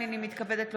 כנסת נכבדה,